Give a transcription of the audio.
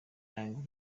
young